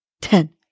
ten